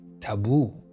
taboo